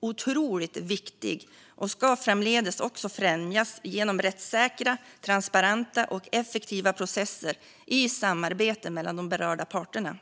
otroligt viktig. Den ska framdeles främjas genom rättssäkra, transparenta och effektiva processer i samarbete mellan de berörda parterna.